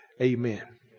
amen